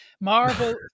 Marvel